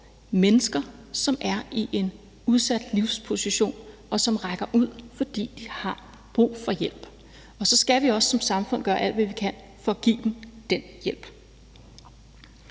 mennesker, som er i en udsat livsposition, og som rækker ud, fordi de har brug for hjælp, og så skal vi også som samfund gøre alt, hvad vi kan, for at give dem den hjælp.